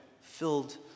filled